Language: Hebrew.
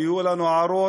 ויהיו לנו הערות,